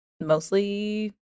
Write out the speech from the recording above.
mostly